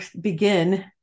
begin